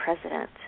president